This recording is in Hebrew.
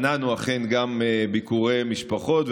מנענו ביקורי משפחות,